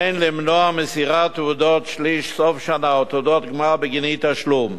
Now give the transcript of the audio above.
אין למנוע מסירת תעודות שליש וסוף שנה או תעודות גמר בגין אי-תשלום,